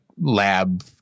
lab